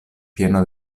pieno